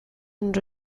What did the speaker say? and